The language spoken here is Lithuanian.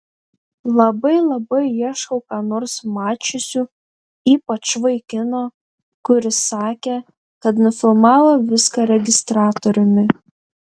labai labai ieškau ką nors mačiusių ypač vaikino kuris sakė kad nufilmavo viską registratoriumi